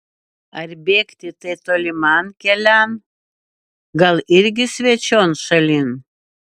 ar bėgti tai toliman kelian gal irgi svečion šalin